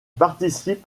participe